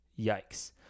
Yikes